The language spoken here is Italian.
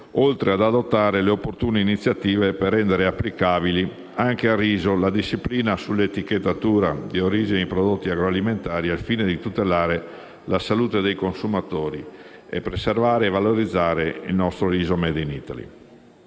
oltre ad adottare le opportune iniziative per rendere applicabile anche al riso la disciplina sull'etichettatura di origine dei prodotti agroalimentari, al fine di tutelare la salute dei consumatori e preservare e valorizzare il riso "*made in Italy*".